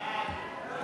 סעיפים 1